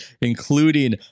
including